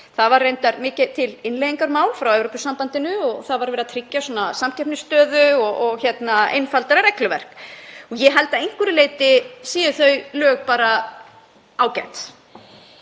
Það var reyndar mikið til innleiðingarmál frá Evrópusambandinu og var verið að tryggja samkeppnisstöðu og einfaldara regluverk. Ég held að að einhverju leyti séu þau lög bara ágæt.